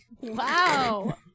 Wow